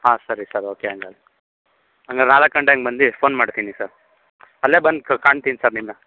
ಹಾಂ ಸರಿ sir okay ಹಾಗಾದ್ರೆ ಹಾಗಾದ್ರೆ ನಾಲ್ಕು ಗಂಟೆ ಹಾಗೆ ಬಂದು ಫೋನ್ ಮಾಡ್ತೀನಿ ಸರ್ ಅಲ್ಲೇ ಬಂದು ಕ್ ಕಾಣ್ತೀನಿ ಸರ್ ನಿಮ್ಮನ್ನ